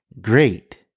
great